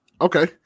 Okay